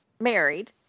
Married